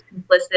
complicit